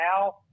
now